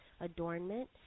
adornment